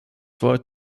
wort